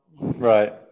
right